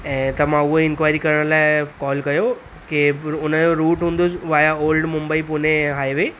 ऐं त मां हूअंई इंक्वायरी करण लाइ कॉल कयो कै हुनजो रूट हूंदुस via old Mumbai Mumbai Pune highway